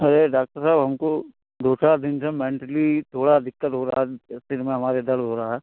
अरे डॉक्टर साहब हमको दो चार दिन से मेंटली थोड़ा दिक़्क़त हो रहा है सिर में हमारे दर्द हो रहा है